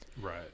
Right